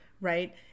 Right